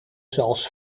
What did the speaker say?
zelfs